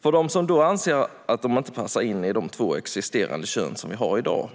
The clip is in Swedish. för dem som anser att de inte passar in i de två juridiska kön som vi har i dag.